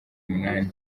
umunani